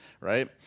right